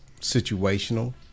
situational